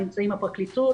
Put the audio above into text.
נמצאים הפרקליטות